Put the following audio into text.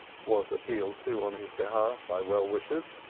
was appealed to on his behalf by well-wishers,